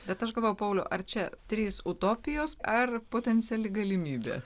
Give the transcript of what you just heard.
bet aš galvoju pauliau ar čia trys utopijos ar potenciali galimybė